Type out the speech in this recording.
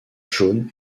jaune